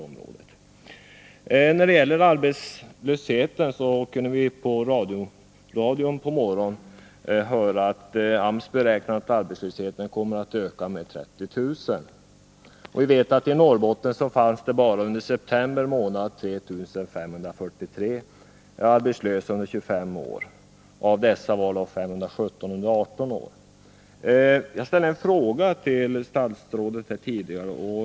Vad det gäller arbetslösheten kunde vi i radion i morse höra att AMS beräknar att arbetslösheten kommer att öka med 30 000. Vi vet att det i Norrbotten bara under september månad fanns 3 543 arbetslösa under 25 år. Av dessa var 517 under 18 år. Jag ställde en fråga till statsrådet tidigare.